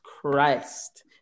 Christ